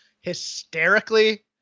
hysterically